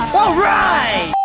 right!